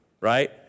right